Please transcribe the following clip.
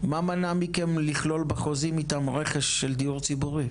מה מנע מכם לכלול בחוזים איתם רכש של דיור ציבורי?